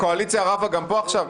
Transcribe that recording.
הקואליציה רבה גם פה עכשיו?